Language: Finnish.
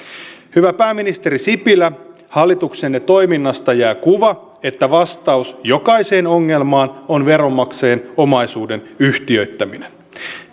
hyvä pääministeri sipilä hallituksenne toiminnasta jää kuva että vastaus jokaiseen ongelmaan on veronmaksajien omaisuuden yhtiöittäminen